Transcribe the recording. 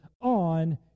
on